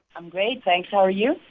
i'm great. thanks. how are you?